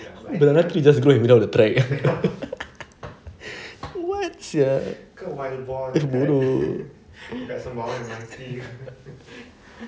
it just go without the track [what] sia bodoh